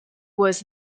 was